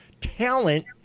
talent